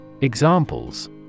Examples